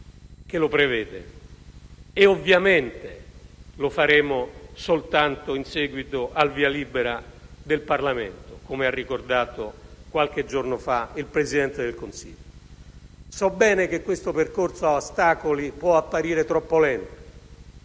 che lo prevede e, ovviamente, lo faremo soltanto in seguito al via libera da parte del Parlamento, come ha ricordato qualche giorno fa il Presidente del Consiglio. So bene che questo percorso ad ostacoli può apparire troppo lento.